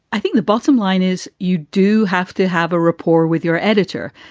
i think the bottom line is you do have to have a rapport with your editor.